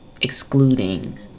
excluding